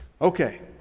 Okay